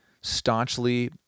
staunchly